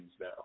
now